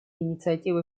инициативы